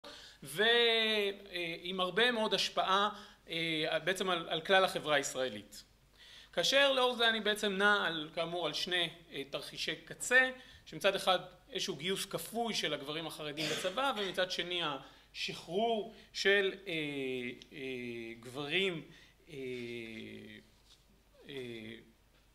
ועם הרבה מאוד השפעה בעצם על כלל החברה הישראלית כאשר לאור זה אני בעצם נע כאמור על שני תרחישי קצה שמצד אחד איזשהו גיוס כפוי של הגברים החרדים בצבא ומצד שני השחרור של גברים